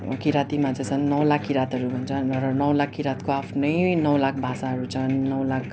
किँरातीमा चाहिँ छन् नौ लाख किँरातहरू हुन्छ नौ लाख किँरातहरूको आफ्नै नौ लाख भाषाहरू छन् नौ लाख